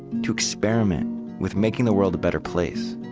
to experiment with making the world a better place.